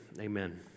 amen